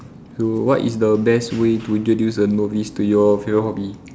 so what is the best way to introduce a novice to your favourite hobby